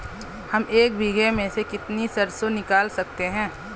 हम एक बीघे में से कितनी सरसों निकाल सकते हैं?